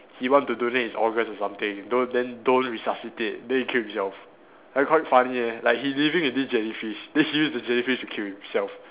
he want to donate his organs or something don't then don't resuscitate then he kill himself like quite funny leh like he living with this jellyfish then he use the jellyfish to kill himself